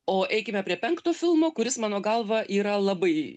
o eikime prie penkto filmo kuris mano galva yra labai